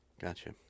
Gotcha